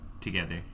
together